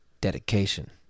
Dedication